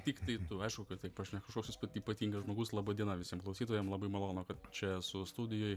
tiktai tu aišku kad taip aš ne kažkoks ypatingas žmogus laba diena visiem klausytojam labai malonu kad čia esu studijoj